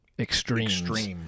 Extremes